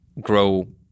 grow